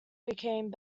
became